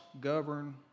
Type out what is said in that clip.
govern